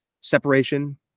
separation